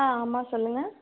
ஆ ஆமாம் சொல்லுங்க